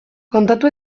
kontatu